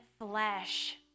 flesh